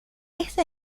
esta